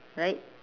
right